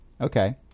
Okay